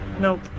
nope